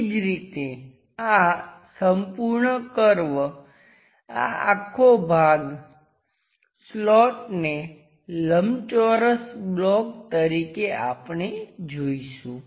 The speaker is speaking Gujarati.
એ જ રીતે આ સંપૂર્ણ કર્વ આ આખો ભાગ સ્લોટને લંબચોરસ બ્લોક તરીકે આપણે જોઈશું